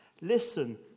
Listen